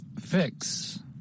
Fix